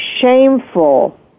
shameful